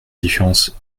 différence